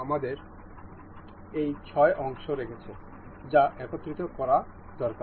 আমাদের কাছে এই ছয় অংশ রয়েছে যা একত্রিত করা দরকার